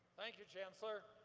thank you, chancellor.